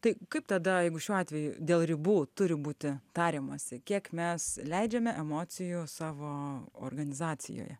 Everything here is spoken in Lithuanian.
tai kaip tada jeigu šiuo atveju dėl ribų turi būti tariamasi kiek mes leidžiame emocijų savo organizacijoje